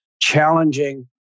challenging